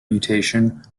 mutation